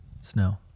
Snow